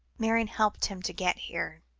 marion helped him to get here.